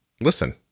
listen